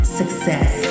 success